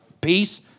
peace